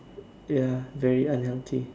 ya very unhealthy